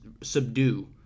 subdue